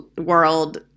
world